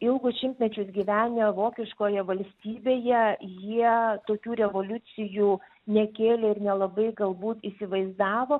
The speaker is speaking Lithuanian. ilgus šimtmečius gyvenę vokiškoje valstybėje jie tokių revoliucijų nekėlė ir nelabai galbūt įsivaizdavo